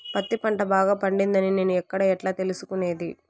పత్తి పంట బాగా పండిందని నేను ఎక్కడ, ఎట్లా తెలుసుకునేది?